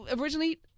originally